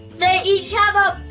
they each have a bow